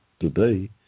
today